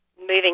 moving